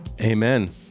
Amen